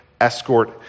escort